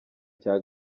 cya